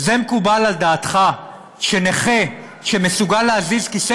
זה מקובל על דעתך שנכה שמסוגל להזיז כיסא